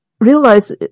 realize